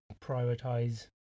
prioritize